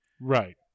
right